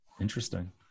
Interesting